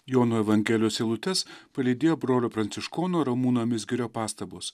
jono evangelijos eilutes palydėjo brolio pranciškono ramūno mizgirio pastabos